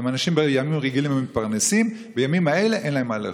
אנשים שבימים רגילים מתפרנסים ובימים אלה אין להם מה לאכול.